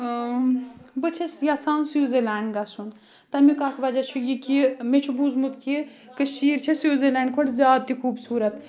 بہٕ چھَس یَژھان سیوٗزَرلینٛڈ گَژھُن تَمیُک اَکھ وَجہ چھُ یہِ کہِ مےٚ چھُ بوٗزمُت کہِ کٔشیٖر چھےٚ سیوٗزَرلینٛڈ کھۄتہٕ زیادٕ تہِ خوٗبصوٗرت